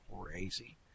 crazy